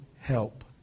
help